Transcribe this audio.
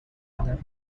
others